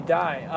die